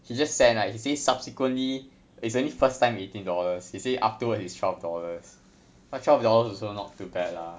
he just send like he say subsequently it's only first time eighteen dollars he say afterwards it's twelve dollars but twelve dollars also not too bad lah